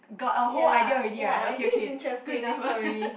got a whole idea already right okay okay good enough